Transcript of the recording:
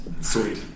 Sweet